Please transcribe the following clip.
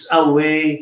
away